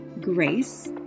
grace